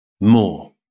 more